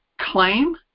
claim